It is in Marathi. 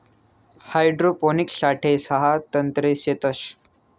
हाइड्रोपोनिक्स साठे सहा तंत्रे शेतस